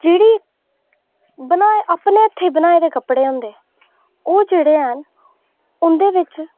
जेह्ड़े अपने हत्थें बनाए दे कपड़े होंदे ओह् जेह्ड़े हैन उं'दे बिच